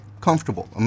comfortable